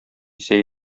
исә